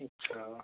अच्छा